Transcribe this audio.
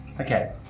Okay